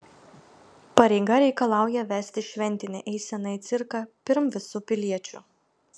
pareiga reikalauja vesti šventinę eiseną į cirką pirm visų piliečių